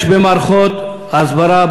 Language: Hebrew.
יש במערכות ההסברה,